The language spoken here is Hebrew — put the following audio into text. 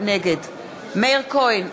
נגד מאיר כהן,